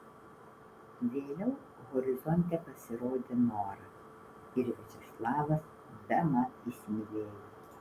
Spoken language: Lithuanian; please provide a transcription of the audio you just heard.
vėliau horizonte pasirodė nora ir viačeslavas bemat įsimylėjo